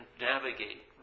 navigate